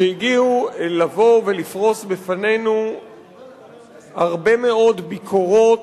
שהגיעו ובאו לפרוס בפנינו הרבה מאוד ביקורות,